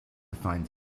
find